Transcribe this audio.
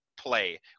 play